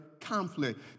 conflict